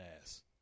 ass